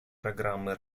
программы